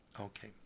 okay